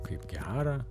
kaip gera